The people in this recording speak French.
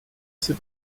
c’est